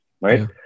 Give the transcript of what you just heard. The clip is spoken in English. Right